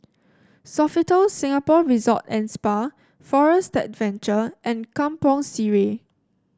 Sofitel Singapore Resort and Spa Forest Adventure and Kampong Sireh